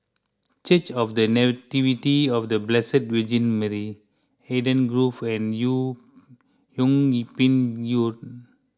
Church of the Nativity of the Blessed Virgin Mary Eden Grove and Yung Yung Ping Road